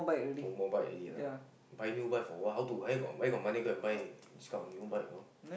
no more bike already lah buy new bike for what how to where got where got money go and buy this kind of new bike orh